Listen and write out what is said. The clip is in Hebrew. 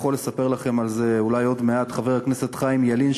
ויכול לספר לכם על זה אולי עוד מעט חבר הכנסת חיים ילין,